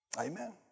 Amen